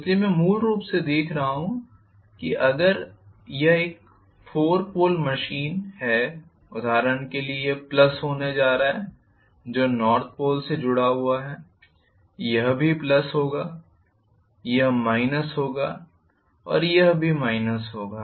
इसलिए मैं मूल रूप से देख रहा हूं अगर यह एक चार पोल मशीन है उदाहरण के लिए यह प्लस होने जा रहा है जो नॉर्थ पोल से जुड़ा हुआ है यह भी प्लस होगा यह माइनस होगा और यह भी माइनस होगा